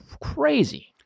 crazy